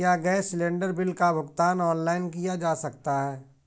क्या gas cylinder bill का भुगतान ऑनलाइन किया जा सकता है?